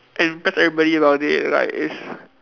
and impress everybody about it like it's